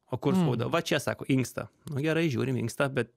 o kur skauda va čia sako inkstą nu gerai žiūrim inkstą bet